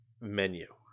menu